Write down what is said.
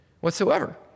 whatsoever